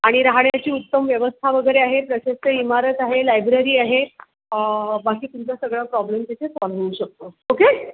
आणि राहण्याची उत्तम व्यवस्था वगैरे आहे प्रशस्त इमारत आहे लायब्ररी आहे बाकी तुमचा सगळा प्रॉब्लेम तिथे सॉल होऊ शकतो ओके